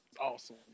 Awesome